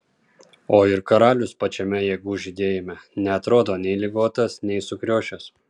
o ir karalius pačiame jėgų žydėjime neatrodo nei ligotas nei sukriošęs